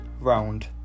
round